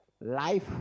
Life